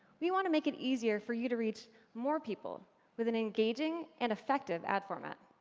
we want to make it easier for you to reach more people with an engaging and effective ad format.